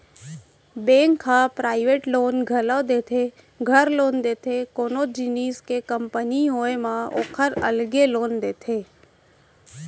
bank ह private loan घलौ देथे, घर लोन देथे, कोनो जिनिस के कंपनी होय म ओकर अलगे लोन देथे